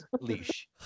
Leash